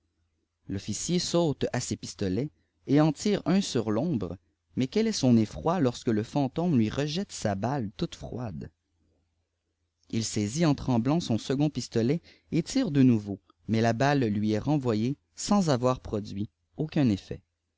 l'officier saute à ses pistolets et en tire un sur tombre mais quel est son effroi lorsque le fantôme lui rejette sa balle toute froide il saisit en tremblairt son second pistolet et tire de nouveau mais la balle lui est renvoyée sans avoir produit aucun effet